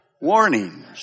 warnings